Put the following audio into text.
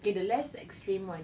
K the less extreme one